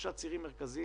שלושה צירים מרכזיים